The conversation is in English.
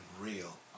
real